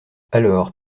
alors